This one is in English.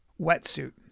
wetsuit